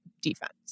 defense